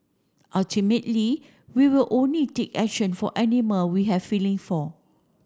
ultimately we will only take action for animal we have feeling for